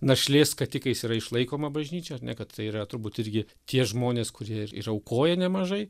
našlės skatikais yra išlaikoma bažnyčia ar ne kad tai yra turbūt irgi tie žmonės kurie ir ir aukoja nemažai